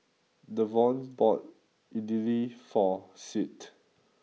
Davon bought Idili for Sid